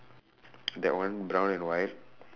that one brown and white